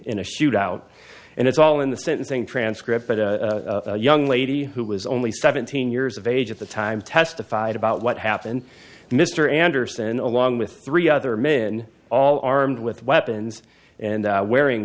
in a shootout and it's all in the sentencing transcript but a young lady who was only seventeen years of age at the time testified about what happened to mr anderson along with three other men all armed with weapons and wearing